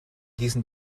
diesen